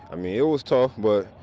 i mean it was tough but,